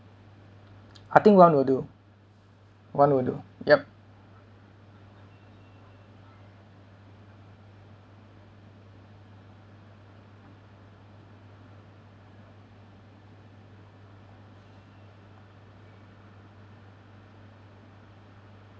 I think one will do one will do yup